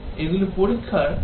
এগুলি পরীক্ষার বিভিন্ন স্তর